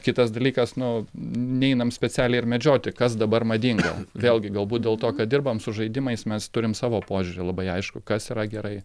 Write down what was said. kitas dalykas nu neinam specialiai ir medžioti kas dabar madinga vėlgi galbūt dėl to kad dirbam su žaidimais mes turim savo požiūrį labai aiškų kas yra gerai